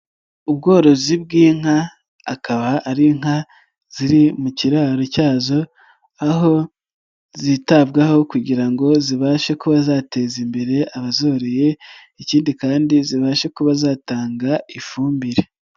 Ubworozi bw'inka akaba ari inka ziri mu kiraro cyazo aho zitabwaho kugira ngo zibashe kuba zateza imbere abazoroye ikindi kandi zibashe kuba zatanga ifumbire.